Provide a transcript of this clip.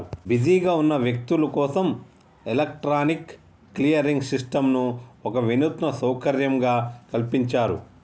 బిజీగా ఉన్న వ్యక్తులు కోసం ఎలక్ట్రానిక్ క్లియరింగ్ సిస్టంను ఒక వినూత్న సౌకర్యంగా కల్పించారు